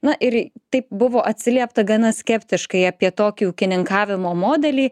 na ir taip buvo atsiliepta gana skeptiškai apie tokį ūkininkavimo modelį